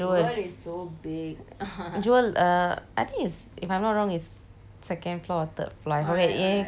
jewel uh I think is if I'm not wrong is second floor or third floor என் என்:en en friend அங்கேதான் வேலை செய்யுறான்:angetaan velai seiyuraan